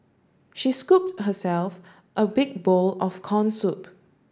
she scooped herself a big bowl of corn soup